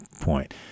point